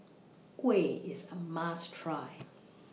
Kuih IS A must Try